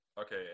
Okay